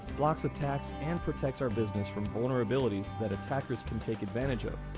blocks attacks and protects our business from vulnerabilities that attackers can take advantage of.